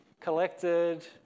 collected